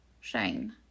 Shane